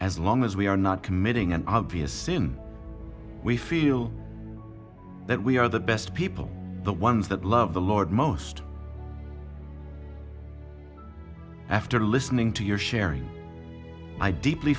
as long as we are not committing an obvious sin we feel that we are the best people the ones that love the lord most after listening to your sherry i deeply